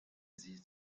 sie